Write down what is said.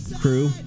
crew